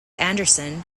anderson